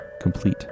Complete